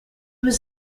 was